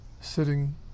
sitting